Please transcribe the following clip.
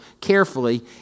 carefully